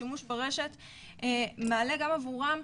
השימוש ברשת מעלה גם עבורם,